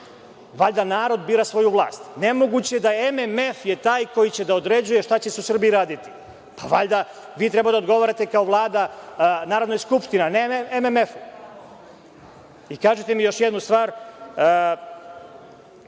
Valjda narod bira svoju vlast. Nemoguće da MMF je taj koji će da određuje šta će se u Srbiji raditi. Valjda vi treba da odgovarate kao Vlada Narodnoj skupštini, a ne MMF.Kažite mi još jednu stvar,